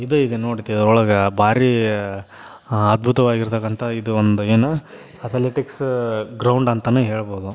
ಇದೂ ಇದೆ ನೋಡ್ತೀಯಾ ಅದ್ರೊಳಗೆ ಭಾರೀ ಅದ್ಭುತವಾಗಿರತಕ್ಕಂಥ ಇದೊಂದು ಏನು ಅತಲೆಟಿಕ್ಸು ಗ್ರೌಂಡ್ ಅಂತಲೂ ಹೇಳ್ಬೋದು